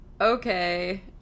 Okay